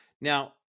Now